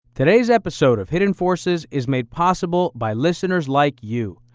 today's episode of hidden forces is made possible by listeners like you.